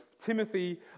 Timothy